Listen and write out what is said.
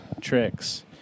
tricks